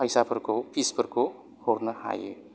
फायसाफोरखौ फिसफोरखौ हरनो हायो